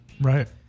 Right